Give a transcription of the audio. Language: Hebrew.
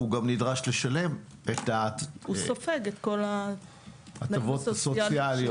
הוא גם נדרש לשלם את -- הוא סופג את כל ההטבות הסוציאלית.